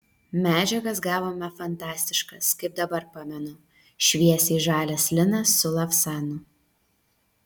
medžiagas gavome fantastiškas kaip dabar pamenu šviesiai žalias linas su lavsanu